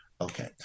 Okay